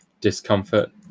discomfort